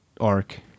arc